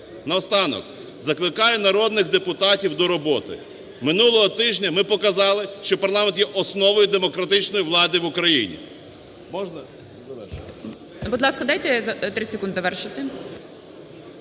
Наостанок. Закликаю народних депутатів до роботи. Минулого тижня ми показали, що парламент є основою демократичної влади в Україні.